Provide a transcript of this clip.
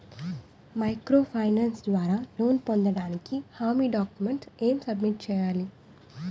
Micro finance ద్వారా loan పొందటానికి హామీ డాక్యుమెంట్స్ ఎం సబ్మిట్ చేయాలి?